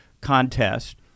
contest